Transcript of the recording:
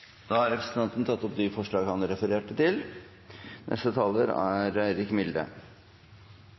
Da har representanten Kjell Ingolf Ropstad tatt opp de forslagene han refererte til.